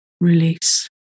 release